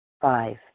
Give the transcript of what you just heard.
Five